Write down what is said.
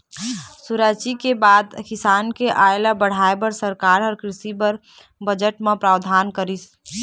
सुराजी के बाद किसान के आय ल बढ़ाय बर सरकार ह कृषि बर बजट म प्रावधान करिस